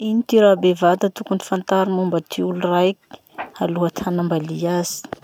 Ino ty raha bevata tokony ho fantary momba ty olo raiky, aloha ty hanambalia azy?